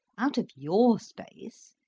out of your space.